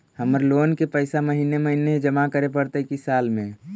हमर लोन के पैसा महिने महिने जमा करे पड़तै कि साल में?